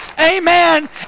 Amen